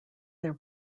there